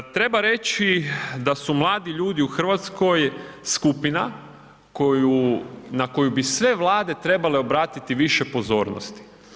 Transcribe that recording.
Treba reći da su mladi ljudi u Hrvatskoj skupina na koju bi sve vlade trebale obratiti više pozornosti.